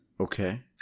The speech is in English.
Okay